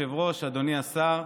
אדוני היושב-ראש, אדוני השר,